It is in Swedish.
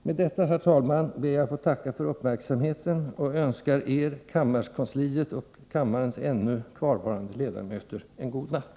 Med detta, herr talman, ber jag att få tacka för uppmärksamheten och önska Er, kammarkansliet och kammarens ännu kvarvarande ledamöter en god natt.